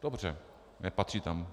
Dobře, nepatří tam.